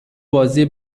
بازی